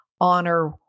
honor